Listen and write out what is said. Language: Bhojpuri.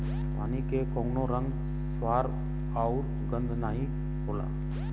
पानी के कउनो रंग, स्वाद आउर गंध नाहीं होला